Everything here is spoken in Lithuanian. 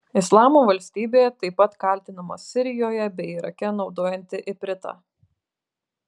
islamo valstybė taip pat kaltinama sirijoje bei irake naudojanti ipritą